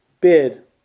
bid